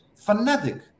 fanatic